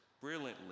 brilliantly